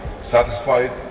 satisfied